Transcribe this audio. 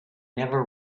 never